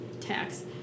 tax